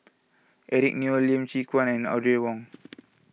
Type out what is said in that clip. Eric Neo Lim Chwee Chian and Audrey Wong